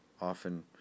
often